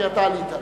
כי אתה עלית.